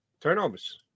Turnovers